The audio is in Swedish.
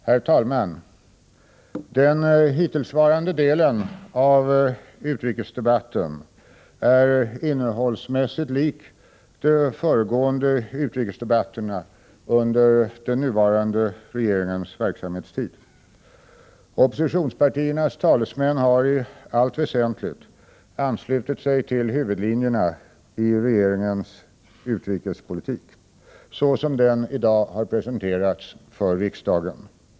Herr talman! Den hittillsvarande delen av utrikesdebatten är innehållsmässigt lik de föregående utrikesdebatterna under den nuvarande regeringens verksamhetstid. Oppositionspartiernas talesmän har i allt väsentligt anslutit sig till huvudlinjerna i regeringens utrikespolitik såsom den i dag har presenterats för riksdagen.